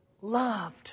loved